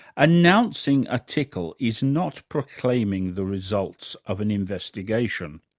announcing a tickle is not proclaiming the results of an investigation.